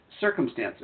circumstances